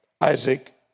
Isaac